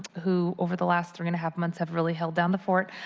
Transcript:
who, over the last three and half months have really held down the fort.